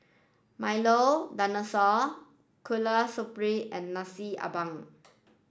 Milo Dinosaur Kueh Syara and Nasi Ambeng